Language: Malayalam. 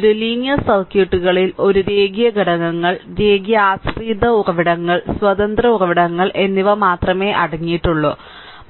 ഒരു ലീനിയർ സർക്യൂട്ടുകളിൽ ഒരു രേഖീയ ഘടകങ്ങൾ രേഖീയ ആശ്രിത ഉറവിടങ്ങൾ സ്വതന്ത്ര ഉറവിടങ്ങൾ എന്നിവ മാത്രമേ അടങ്ങിയിട്ടുള്ളൂ